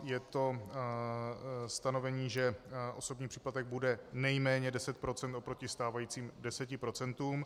Je to stanovení, že osobní příplatek bude nejméně 10 % oproti stávajícím 10 %.